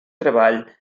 treball